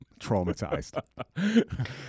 traumatized